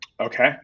Okay